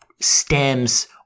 stems